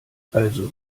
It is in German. also